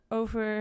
...over